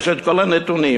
יש כל הנתונים.